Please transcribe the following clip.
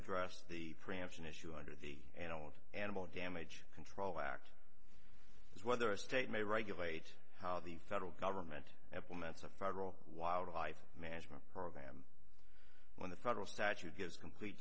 address the preemption issue and he and i want animal damage control act is whether a state may regulate how the federal government implements a federal wildlife management program when the federal statute gives complete